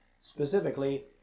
specifically